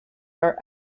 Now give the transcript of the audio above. are